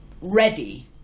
ready